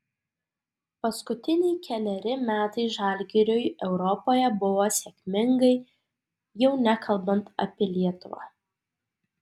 paskutiniai keleri metai žalgiriui europoje buvo sėkmingai jau nekalbant apie lietuvą